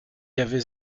avait